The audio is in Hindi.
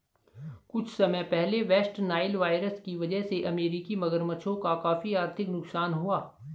कुछ समय पहले वेस्ट नाइल वायरस की वजह से अमेरिकी मगरमच्छों का काफी आर्थिक नुकसान हुआ